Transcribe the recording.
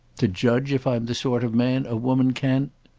to judge if i'm the sort of man a woman can?